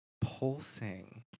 Pulsing